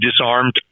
disarmed